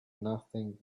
nothing